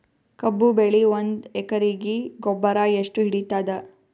ಕಬ್ಬು ಬೆಳಿ ಒಂದ್ ಎಕರಿಗಿ ಗೊಬ್ಬರ ಎಷ್ಟು ಹಿಡೀತದ?